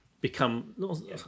become